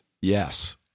Yes